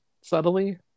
subtly